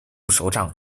首长